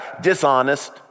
dishonest